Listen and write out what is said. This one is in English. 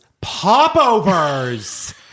popovers